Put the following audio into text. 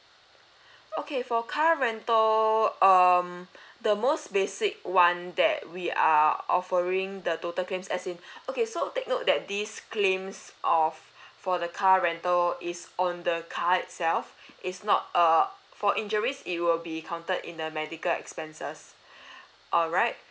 okay for car rental um the most basic one that we are offering the total claims as in okay so take note that these claims of for the car rental is on the car itself it's not err for injuries it will be counted in the medical expenses alright